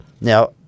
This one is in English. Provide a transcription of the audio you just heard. Now